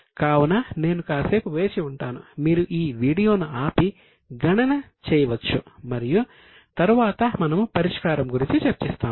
కావున నేను కాసేపు వేచి ఉంటాను మీరు ఈ వీడియోను ఆపి గణన చేయవచ్చు మరియు తరువాత మనము పరిష్కారం గురించి చర్చిస్తాము